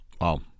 Wow